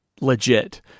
legit